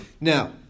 now